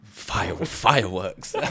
fireworks